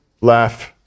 Laugh